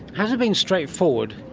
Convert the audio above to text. has it been straightforward,